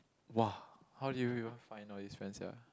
!wah! how do you even find out this one sia